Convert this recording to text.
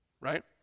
right